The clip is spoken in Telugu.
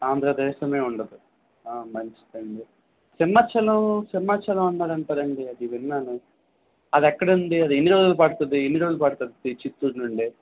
ఆంధ్రదేశమే ఉండదు ఆ మంచిది అండి సింహాచలం సింహాచలం ఉన్నది అంటారు అండి అది విన్నాను అదెక్కడ ఉంది అది ఎన్ని రోజులు పడుతుంది ఎన్నిరోజులు పడుతుంది చిత్తూరు నుండి